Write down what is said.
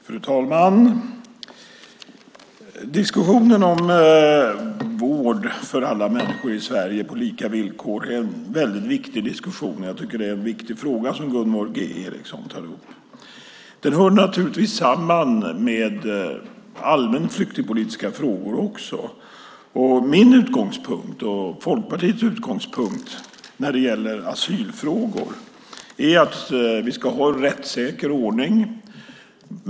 Fru talman! Diskussionen om vård för alla människor i Sverige på lika villkor är en väldigt viktig diskussion. Det är en viktig fråga som Gunvor G Ericson tar upp. Den hör naturligtvis också samman med allmänna flyktingpolitiska frågor. Min och Folkpartiets utgångspunkt när det gäller asylfrågor är att vi ska ha en rättssäker ordning.